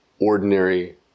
ordinary